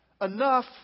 enough